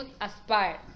aspire